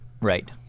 Right